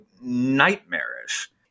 nightmarish